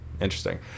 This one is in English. Interesting